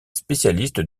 spécialiste